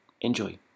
Enjoy